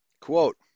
Quote